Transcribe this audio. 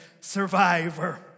survivor